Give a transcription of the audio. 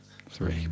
Three